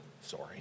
sorry